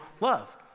love